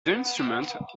instrument